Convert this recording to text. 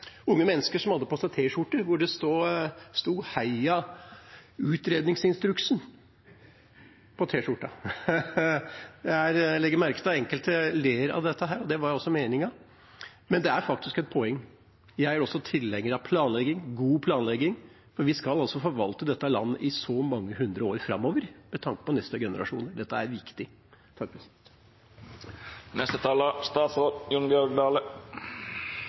unge mennesker som hadde på seg t-skjorter som det sto «Heia utredningsinstruksen» på. Jeg legger merke til at enkelte ler av dette her, og det var også meningen, men det er faktisk et poeng. Jeg er også tilhenger av planlegging, god planlegging, for vi skal altså forvalte dette landet i så mange hundre år framover med tanke på neste generasjoner. Dette er viktig.